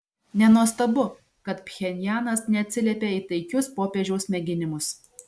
nenuostabu kad pchenjanas neatsiliepė į taikius popiežiaus mėginimus